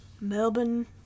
Melbourne